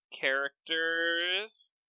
characters